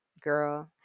girl